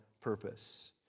purpose